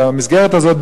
במסגרת הזאת,